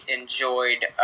enjoyed